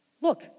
Look